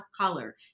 color